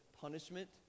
punishment